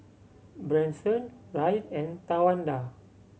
Branson Ryne and Tawanda